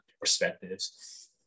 perspectives